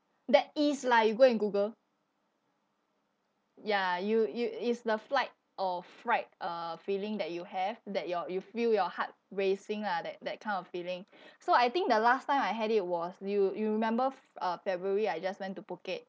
that is lah you go and google ya you you is the flight or fright uh feeling that you have that your you feel your heart racing lah that that kind of feeling so I think the last time I had it was you you remember f~ uh february I just went to phuket